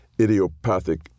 idiopathic